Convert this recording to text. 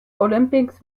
olympics